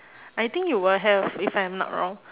I think you will have if I am not wrong